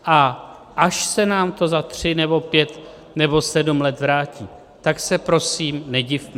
A až se nám to za tři, pět nebo sedm let vrátí, tak se prosím nedivme.